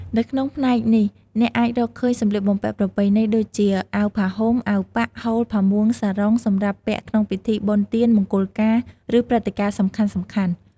នៅក្នុងផ្នែកនេះ អ្នកអាចរកឃើញសម្លៀកបំពាក់ប្រពៃណី ដូចជា អាវផាហ៊ុម អាវប៉ាក់ ហូល ផាមួង សារុង សម្រាប់ពាក់ក្នុងពិធីបុណ្យទាន មង្គលការ ឬព្រឹត្តិការណ៍សំខាន់ៗ។